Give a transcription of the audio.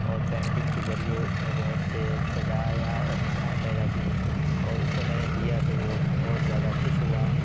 اور پینٹنگ کے ذریعے اس میں بہت سے سجایا اور نکھار پیدا کی اور اس کو میں نے دیا تو وہ بہت زیادہ خوش ہوا